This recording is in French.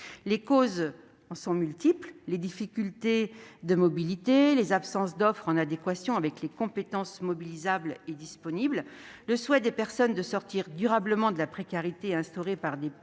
Les causes en sont multiples : difficultés de mobilité, absence d'offres en adéquation avec les compétences mobilisables et disponibles, souhait des personnes de sortir durablement de la précarité instaurée par de